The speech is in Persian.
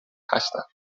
هستند